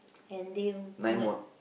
and day mode